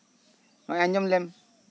ᱟᱸᱡᱚᱢ ᱞᱮᱱ